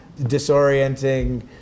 disorienting